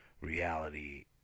reality